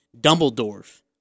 Dumbledore